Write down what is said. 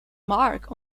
mark